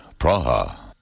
Praha